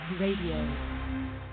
Radio